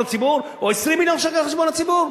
הציבור או 20 מיליון שקל על חשבון הציבור?